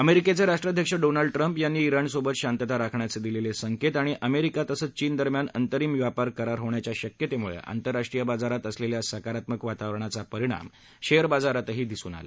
अमेरिकेचे राष्ट्राध्यक्ष Donald Trump यांनी इराणसोबत शांतता राखण्याचे दिलेले संकेत आणि अमेरिका तसंच चीन दरम्यान अंतरिम व्यापार करार होण्याच्या शक्यतेमुळे आंतरराष्ट्रीय बाजारात असलेल्या सकारात्मक वातावरणाचा परिणाम शेअर बाजारातही दिसून आला